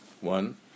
one